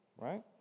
right